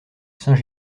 saint